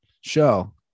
show